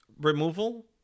removal